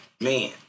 Man